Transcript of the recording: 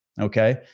okay